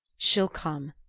she'll come!